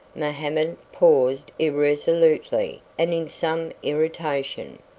mohammed paused irresolutely and in some irritation.